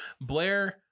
Blair